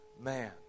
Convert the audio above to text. man